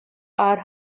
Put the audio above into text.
are